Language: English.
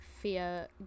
fear